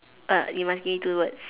err you must give me two words